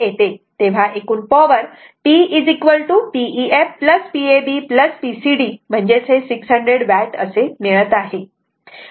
तेव्हा एकूण power P Pef Pab Pcd 600 watt मिळते